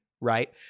right